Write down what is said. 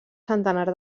centenar